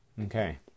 Okay